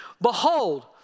Behold